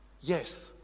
Yes